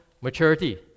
maturity